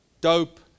dope